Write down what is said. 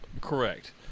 correct